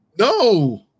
No